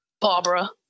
Barbara